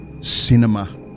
cinema